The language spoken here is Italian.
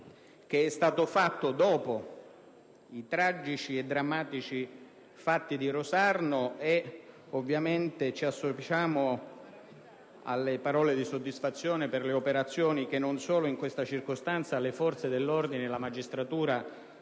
che è stato fatto dopo i tragici e drammatici avvenimenti di Rosarno e, ovviamente, ci associamo alle parole di soddisfazione per le operazioni che, non solo in questa circostanza, le forze dell'ordine e la magistratura